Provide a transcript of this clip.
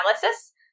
analysis